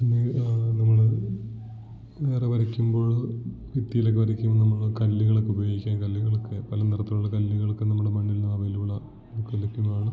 പിന്നെ ആ നമ്മള് വേറെ വരയ്ക്കുമ്പോള് ഭിത്തിയിലൊക്കെ വരയ്ക്കുമ്പോൾ നമ്മള് കല്ലുകളൊക്കെ ഉപയോഗിക്കാം കല്ലുകളൊക്കെ പല നിറത്തിലുള്ള കല്ലുകളൊക്കെ നമ്മുടെ മണ്ണിൽ ഇന്ന് അവൈലബിൾ ആണ് അത് വേണം